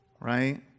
right